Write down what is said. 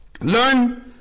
Learn